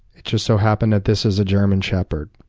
it just so happened that this is a german shepherd.